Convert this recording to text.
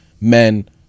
men